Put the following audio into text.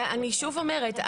אני שוב אומרת,